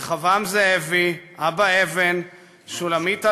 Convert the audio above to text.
רחבעם זאבי, אבא אבן, שולמית אלוני,